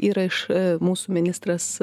yra iš mūsų ministras